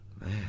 Man